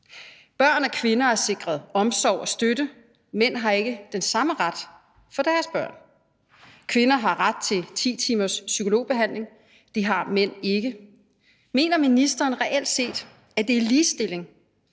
Børn og kvinder er sikret omsorg og støtte; mænd har ikke den samme ret for deres børn. Kvinder har ret til 10 timers psykologbehandling; det har mænd ikke. Mener ministeren reelt set, at det er ligestilling,